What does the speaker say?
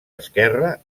esquerre